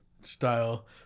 style